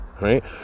right